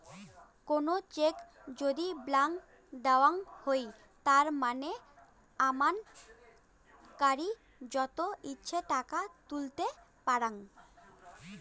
কুনো চেক যদি ব্ল্যান্ক দেওয়াঙ হই তার মানে আমানতকারী যত ইচ্ছে টাকা তুলতে পারাং